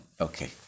Okay